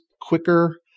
quicker